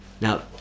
Now